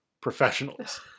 professionals